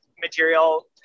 material